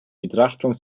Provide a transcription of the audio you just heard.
betrachtung